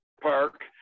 park